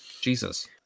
Jesus